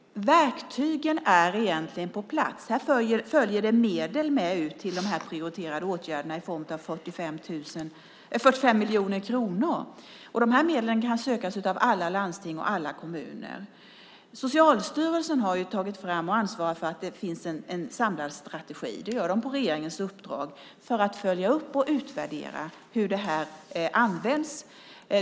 Verktygen är egentligen på plats. Här följer medel med ut till de prioriterade åtgärderna i form av 45 miljoner kronor, och dessa medel kan sökas av alla landsting och alla kommuner. Socialstyrelsen har tagit fram och ansvarar för att det finns en samlad strategi. Det gör de på regeringens uppdrag för att följa upp och utvärdera hur det här används.